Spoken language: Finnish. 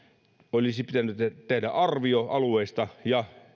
olisi pitänyt tehdä arvio alueista ja